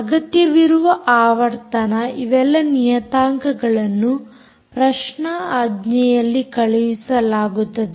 ಅಗತ್ಯವಿರುವ ಆವರ್ತನ ಇವೆಲ್ಲಾ ನಿಯತಾಂಕಗಳನ್ನು ಪ್ರಶ್ನಾಆಜ್ಞೆಯಲ್ಲಿ ಕಳಿಸಲಾಗುತ್ತದೆ